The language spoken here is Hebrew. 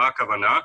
מה הכוונה?